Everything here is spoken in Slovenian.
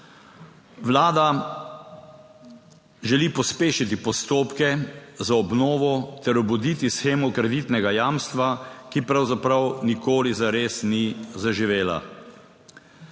Vlada želi pospešiti postopke za obnovo ter obuditi shemo kreditnega jamstva, ki pravzaprav nikoli zares ni zaživela.